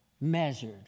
measured